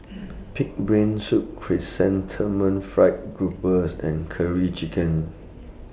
Pig'S Brain Soup Chrysanthemum Fried Groupers and Curry Chicken